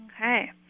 Okay